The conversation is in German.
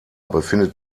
befindet